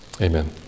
Amen